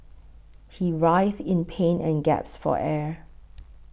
he writhed in pain and gasped for air